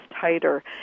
tighter